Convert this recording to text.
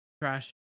Trash